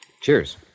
Cheers